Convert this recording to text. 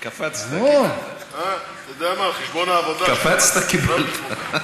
אתה יודע מה, על חשבון העבודה, קפצת, קיבלת.